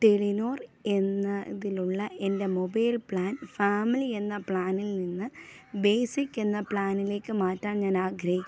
Telenor എന്നതിലുള്ള എൻ്റെ mobile plan family എന്ന പ്ലാനിൽ നിന്ന് ബേസിക് എന്ന പ്ലാനിലേക്ക് മാറ്റാൻ ഞാൻ ആഗ്രഹിക്കുന്നു